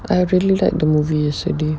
I really like the movies a day